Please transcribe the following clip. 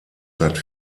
seit